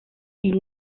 ils